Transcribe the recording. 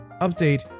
Update